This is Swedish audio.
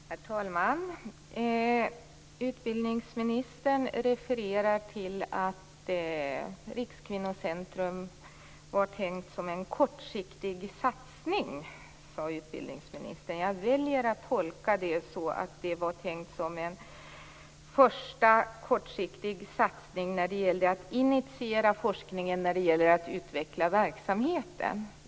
Herr talman! Utbildningsministern refererar till att Rikskvinnocentrum var tänkt som en kortsiktig satsning. Jag väljer att tolka det som en första kortsiktig satsning när det gäller att initiera forskning och utveckla verksamheten.